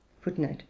footnote